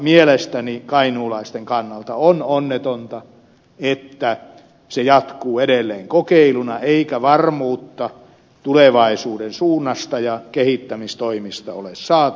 mielestäni kainuulaisten kannalta on onnetonta että se jatkuu edelleen kokeiluna eikä varmuutta tulevaisuuden suunnasta ja kehittämistoimista ole saatu